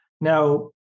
Now